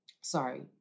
sorry